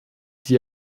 die